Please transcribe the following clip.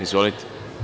Izvolite.